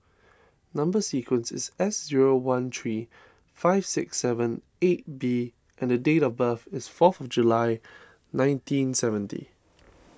Number Sequence is S zero one three five six seven eight B and date of birth is fourth July nineteen seventy